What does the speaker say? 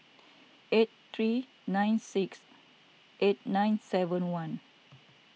eight three nine six eight nine seven one